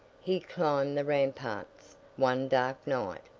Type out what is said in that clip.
he climbed the ramparts one dark night,